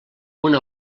una